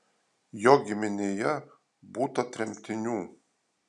jo giminėje būta tremtinių